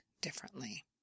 differently